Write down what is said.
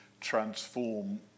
transform